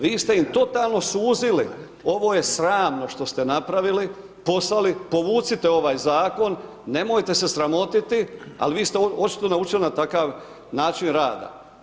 Vi ste im totalno suzili, ovo je sramno što ste napravili, poslali, povucite ovaj zakon, nemojte se sramotiti ali vi ste očito naučili na takav način rada.